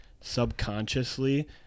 subconsciously